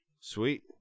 Sweet